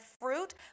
fruit